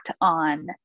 on